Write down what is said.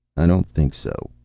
i don't think so,